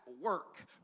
work